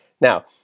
Now